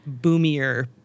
boomier